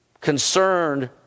concerned